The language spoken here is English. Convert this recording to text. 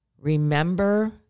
remember